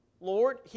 Lord